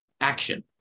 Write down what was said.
action